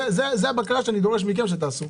זה הבקרה שאני דורש מכם שתעשו.